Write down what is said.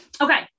Okay